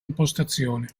impostazione